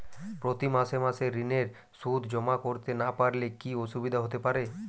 প্রতি মাসে মাসে ঋণের সুদ জমা করতে না পারলে কি অসুবিধা হতে পারে?